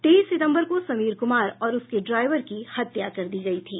तेईस सितम्बर को समीर कुमार और उसके ड्राईवर की हत्या कर दी गयी थी